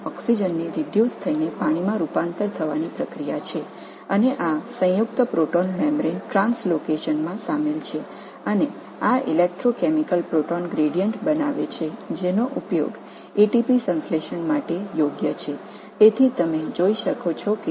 oxygen நீராக வினையூக்க ஒடுக்கம் அடைகிறது மற்றும் இது புரோட்டான் சவ்வு இடமாற்றம் இணைக்கப்பட்டுள்ளது மற்றும் இது மின் வேதியியல் புரோட்டான் சாய்வு உருவாக்குகிறது இது ATP உருவாக்கத்திற்கு பயன்படுத்தப்படுகிறது